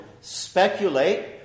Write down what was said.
speculate